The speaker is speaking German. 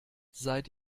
seit